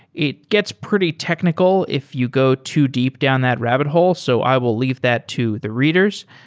it gets pretty technical if you go too deep down that rabbit hole. so i will leave that to the readers.